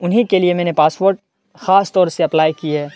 انہیں کے لیے میں نے پاسپورٹ خاص طور سے اپلائی کیے